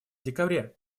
декабре